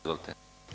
Izvolite.